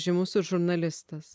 žymus žurnalistas